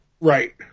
Right